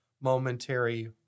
momentary